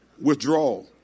Withdrawal